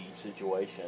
situation